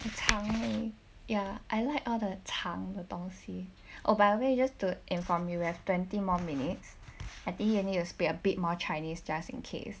ya I like all the 肠的东西 oh by the way just to inform you have twenty more minutes I think you need to speak a bit more chinese just in case